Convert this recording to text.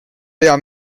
pea